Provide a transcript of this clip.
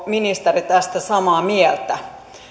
ministeri tästä samaa mieltä